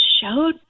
showed